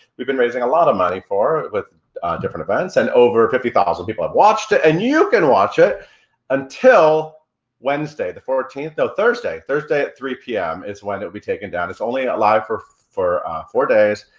we've been raising a lot of money for with different events and over fifty thousand people have watched it and you can watch it until wednesday the fourteenth, no, thursday, thursday at three pm is when it will be taken down, it's only ah live for for four days.